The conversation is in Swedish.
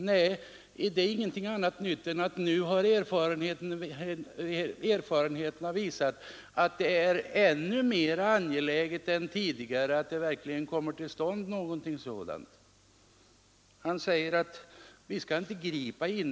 Nej, det är inget annat nytt än att erfarenheterna nu har visat att det är ännu mer angeläget än tidigare att sådana konferenser verkligen kommer till stånd. Han sade att vi inte skulle gripa in.